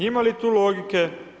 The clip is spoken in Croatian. Imali tu logike?